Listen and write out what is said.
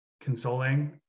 consoling